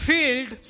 Field